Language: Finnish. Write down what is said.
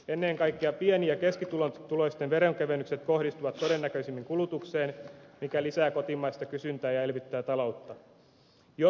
ennen kaikkea pieni ja keskituloisten veronkevennykset kohdistuvat todennäköisimmin kulutukseen mikä lisää kotimaista kysyntää ja elvyttää taloutta